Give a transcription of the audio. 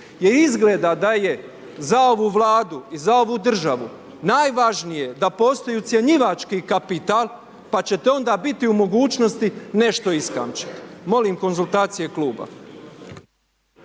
Jer izgleda da je za ovu vladu i za ovu državu, najvažnije da postoji ocjenjivački kapital, pa ćete odonda biti u mogućnosti nešto iskančiti. Molim konzultacije kluba.